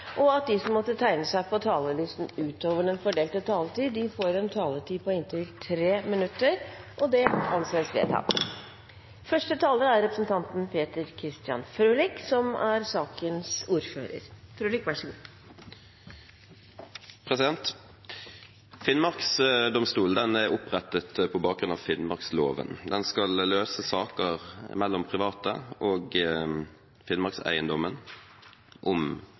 og at de som måtte tegne seg på talerlisten utover den fordelte taletid, får en taletid på inntil 3 minutter. – Det anses vedtatt. Finnmarksdomstolen er opprettet på bakgrunn av finnmarksloven. Den skal løse saker mellom private og Finnmarkseiendommen om